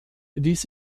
dies